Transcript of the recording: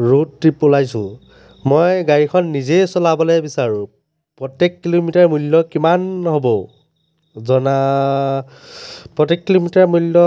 road trip ওলাইছো মই গাড়ীখন নিজেই চলাবলৈ বিচাৰো প্ৰত্যেক কিলোমিটাৰ মূল্য কিমান হ'ব জনা প্ৰত্যেক কিলোমিটাৰ মূল্য